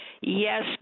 Yes